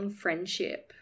friendship